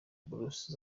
buruse